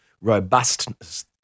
robustness